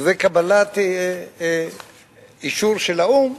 וקבלת אישור של האו"ם